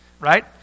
right